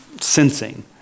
sensing